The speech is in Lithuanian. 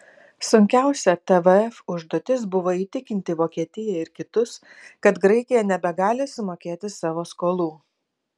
sunkiausia tvf užduotis buvo įtikinti vokietiją ir kitus kad graikija nebegali sumokėti savo skolų